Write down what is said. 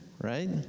right